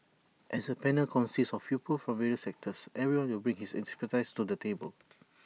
as the panel consists of people from various sectors everyone will bring his expertise to the table